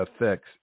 affects